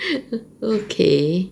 okay